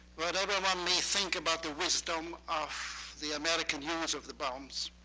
whatever one may think about the wisdom of the american use of the bombs,